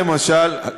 למשל,